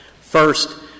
First